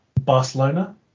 Barcelona